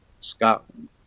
scotland